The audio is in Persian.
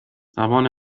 زبان